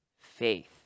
faith